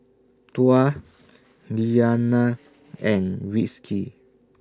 Tuah Diyana and Rizqi